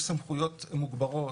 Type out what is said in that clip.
יש סמכויות מוגברות.